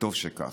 וטוב שכך.